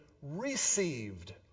received